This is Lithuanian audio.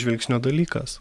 žvilgsnio dalykas